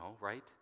right